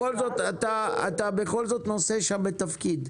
אתה בכל זאת נושא שם בתפקיד.